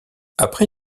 après